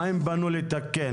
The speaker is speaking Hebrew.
מה הם פנו לתקן,